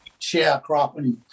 sharecropping